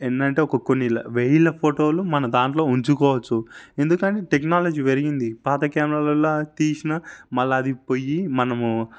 ఎన్ని అంటే ఒక కొన్ని వెయ్యిల ఫోటోలు మన దాంట్లో ఉంచుకోవచ్చు ఎందుకంటే టెక్నాలజీ పెరిగింది పాత కెమెరాలల్లా తీసినా మళ్ళీ అది పొయ్యి మనమూ